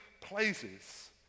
places